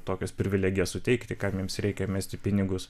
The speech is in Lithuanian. tokias privilegijas suteikti kam joms reikia mesti pinigus